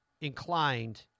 inclined